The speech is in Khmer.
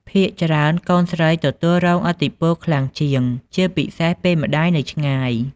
ភាគច្រើន កូនស្រីទទួលរងឥទ្ធិពលខ្លាំងជាង ជាពិសេសពេលម្តាយនៅឆ្ងាយ។